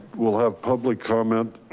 we'll have public comment.